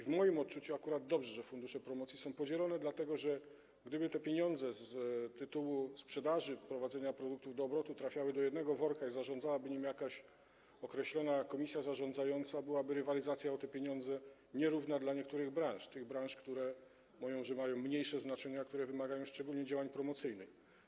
W moim odczuciu akurat dobrze, że fundusze promocji są podzielone, dlatego że gdyby te pieniądze z tytułu sprzedaży, wprowadzenia produktów do obrotu trafiały do jednego worka i zarządzałaby nimi jakaś określona komisja zarządzająca, byłaby rywalizacja o te pieniądze, nierówna dla niektórych branż, tych branż, które, jak mówią, mają mniejsze znaczenie, a które wymagają szczególnych działań promocyjnych.